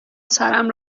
سرم